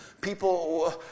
People